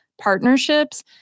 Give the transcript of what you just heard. partnerships